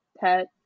pet